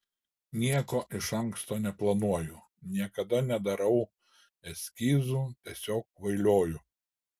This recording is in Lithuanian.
nieko iš anksto neplanuoju niekada nedarau eskizų tiesiog kvailioju